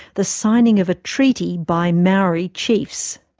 the signing of a treaty by maori chiefs.